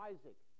Isaac